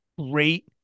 great